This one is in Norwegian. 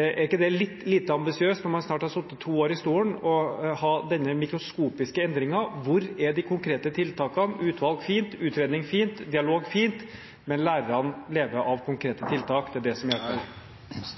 Er ikke det litt lite ambisiøst, når man snart har sittet to år i stolen, å ha denne mikroskopiske endringen? Hvor er de konkrete tiltakene? Utvalg er fint, utredning er fint, og dialog er fint, men lærerne lever av konkrete tiltak, det er det som hjelper. Jeg